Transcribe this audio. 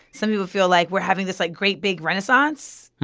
some people feel like we're having this, like, great big renaissance.